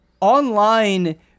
online